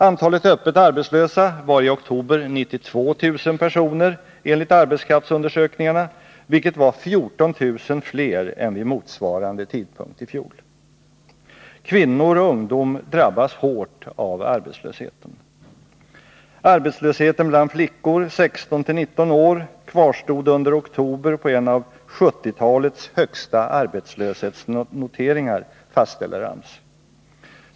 Antalet öppet arbetslösa var i oktober 92 000 personer enligt arbetskraftsundersökningarna, vilket var 14 000 fler än vid motsvarande tidpunkt i fjol. Kvinnor och ungdom drabbas hårt av arbetslösheten. Arbetslösheten bland flickor 16-19 år kvarstod under oktober på en av 1970-talets högsta arbetslöshetsnoteringar, fastställer AMS.